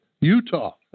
Utah